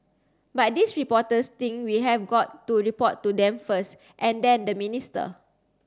but these reporters think we have got to report to them first and then the minister